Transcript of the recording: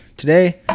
Today